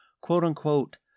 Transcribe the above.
quote-unquote